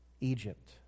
Egypt